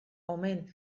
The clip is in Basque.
omen